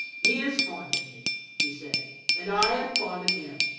he is fond of me, he said, and i am fond of him.